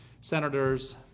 senators